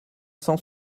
cent